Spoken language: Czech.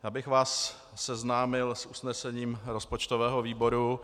Já bych vás seznámil s usnesením rozpočtového výboru.